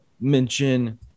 mention